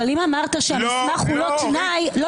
אבל אם אמרת שהמסמך הוא לא תנאי -- לא,